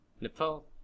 Nepal